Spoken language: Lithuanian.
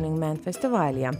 lygmens festivalyje